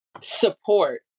support